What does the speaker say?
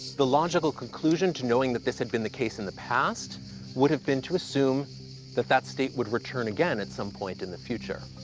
the logical conclusion to knowing that this had been the case in the past would have been to assume that that state would return again at some point in the future.